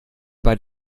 bei